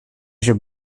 shall